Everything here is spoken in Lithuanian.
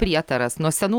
prietaras nuo senų